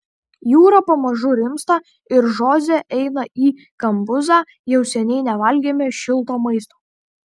jūra pamažu rimsta ir žoze eina į kambuzą jau seniai nevalgėme šilto maisto